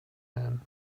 ein